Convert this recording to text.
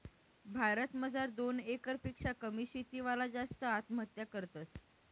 भारत मजार दोन एकर पेक्शा कमी शेती वाला जास्त आत्महत्या करतस